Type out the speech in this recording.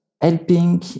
helping